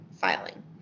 filing